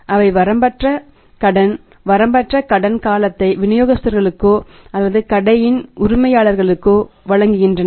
அவை வரம்பற்ற கடன் வரம்பற்ற கடன் காலத்தை விநியோகஸ்தர்களுக்கோ அல்லது கடைகளின் உரிமையாளர்களுக்கோ வழங்குகின்றன